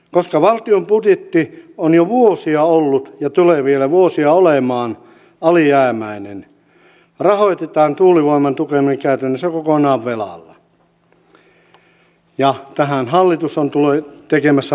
koska valtion budjetti on jo vuosia ollut ja tulee vielä vuosia olemaan alijäämäinen rahoitetaan tuulivoiman tukeminen käytännössä kokonaan velalla ja tähän hallitus on tekemässä muutoksia